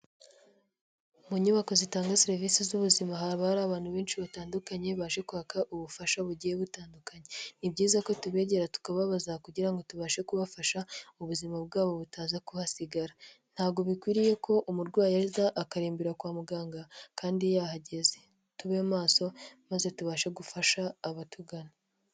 Mu nyubako zitanga serivisi z'ubuzima haba hari abantu benshi batandukanye,, baje kwaka ubufasha bugiye butandukanye, ni byiza ko tubegera tukababaza kugira ngo tubashe kubafasha ubuzima bwabo butaza kuhasigara, ntabwo bikwiriye ko umurwayi aza akarembera kwa muganga kandi yahageze. Tube maso maze tubashe gufasha abatugana.